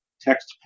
text